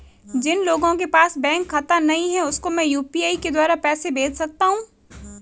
जिन लोगों के पास बैंक खाता नहीं है उसको मैं यू.पी.आई के द्वारा पैसे भेज सकता हूं?